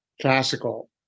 classical